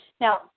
Now